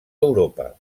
europa